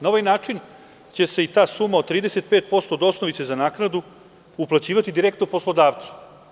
Na ovaj način će se i ta suma od 35% od osnovice za naknadu uplaćivati direktno poslodavcu.